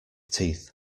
teeth